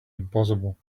impossible